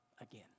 again